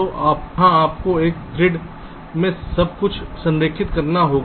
तो वहाँ आपको एक ग्रिड में सब कुछ संरेखित करना होगा